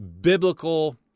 biblical